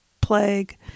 plague